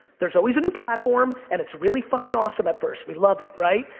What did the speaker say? there's always a new platform, and it's really fucking awesome at first. we love it, right?